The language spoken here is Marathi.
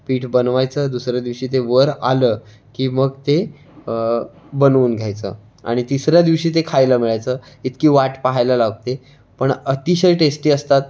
पीठ बनवायचं दुसऱ्या दिवशी ते वर आलं की मग ते बनवून घ्यायचं आणि तिसऱ्या दिवशी ते खायला मिळायचं इतकी वाट पहायला लावते पण अतिशय टेस्टी असतात